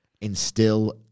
instill